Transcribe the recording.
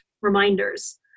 reminders